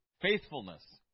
Faithfulness